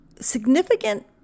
significant